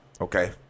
Okay